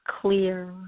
clear